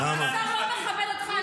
השר לא מכבד אותך.